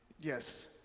Yes